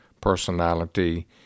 personality